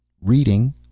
Reading